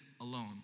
alone